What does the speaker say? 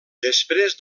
després